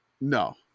no